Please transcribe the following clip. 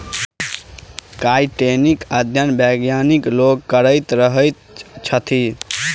काइटीनक अध्ययन वैज्ञानिक लोकनि करैत रहैत छथि